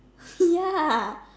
ya